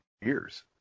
years